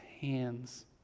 hands